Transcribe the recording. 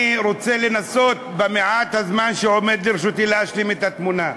אני רוצה לנסות במעט הזמן שעומד לרשותי להשלים את התמונה.